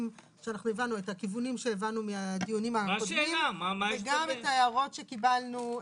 את הכיוונים שהבנו מהדיונים הקודמים וגם את ההערות שקיבלנו,